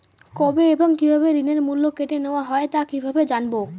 কবে এবং কিভাবে ঋণের মূল্য কেটে নেওয়া হয় তা কিভাবে জানবো?